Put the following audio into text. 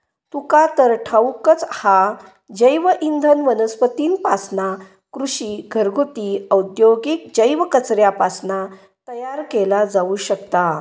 तुका तर ठाऊकच हा, जैवइंधन वनस्पतींपासना, कृषी, घरगुती, औद्योगिक जैव कचऱ्यापासना तयार केला जाऊ शकता